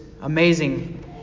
amazing